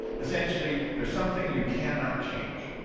essentially, they're something you cannot change.